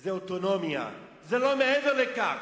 זה אוטונומיה, זה לא מעבר לכך.